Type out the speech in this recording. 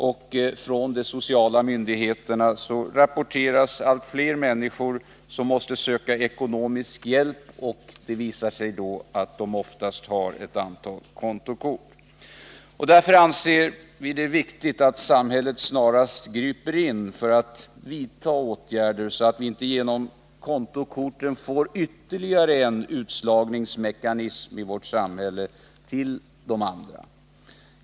Och från de sociala myndigheterna rapporteras att allt fler människor som måste söka ekonomisk hjälp visar sig ha ett antal kontokort. Därför anser vi det viktigt att samhället snarast griper in för att vidta åtgärder, så att vi inte genom kontokorten får ytterligare en utslagningsmekanism till de andra i vårt samhälle.